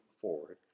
forward